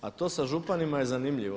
A to sa županima je zanimljivo.